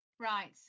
Right